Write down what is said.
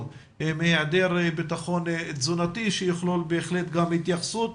מהיעדר בטחון תזונתי שיכלול בהחלט גם התייחסות